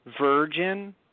Virgin